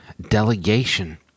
delegation